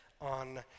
on